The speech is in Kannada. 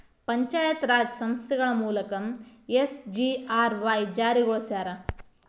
ಪಂಚಾಯತ್ ರಾಜ್ ಸಂಸ್ಥೆಗಳ ಮೂಲಕ ಎಸ್.ಜಿ.ಆರ್.ವಾಯ್ ಜಾರಿಗೊಳಸ್ಯಾರ